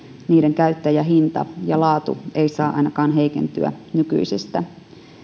niiden käyttäjähinta ja laatu eivät saa ainakaan heikentyä nykyisestä